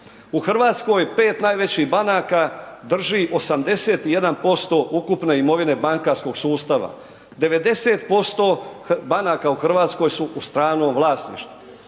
U Hrvatskoj 5 najvećih banaka drži 81% ukupne imovine bankarskog sustava, 90% banaka u Hrvatskoj su u stranom vlasništvu.